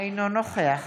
אינו נוכח